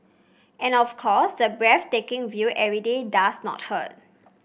and of course the breathtaking view every day does not hurt